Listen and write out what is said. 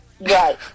Right